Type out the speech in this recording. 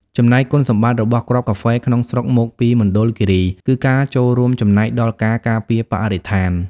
ចំណែក គុណសម្បត្តិរបស់គ្រាប់កាហ្វេក្នុងស្រុកមកពីមណ្ឌលគិរី គឺ ការចូលរួមចំណែកដល់ការការពារបរិស្ថាន។